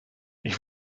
ich